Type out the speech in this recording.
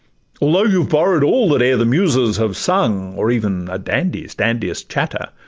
although you borrow'd all that e'er the muses have sung, or even a dandy's dandiest chatter,